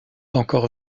encore